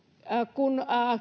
kun